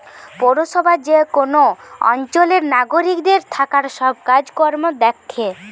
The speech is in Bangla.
পৌরসভা যে কোন অঞ্চলের নাগরিকদের থাকার সব কাজ কর্ম দ্যাখে